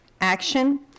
action